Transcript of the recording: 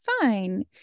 fine